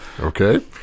okay